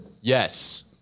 Yes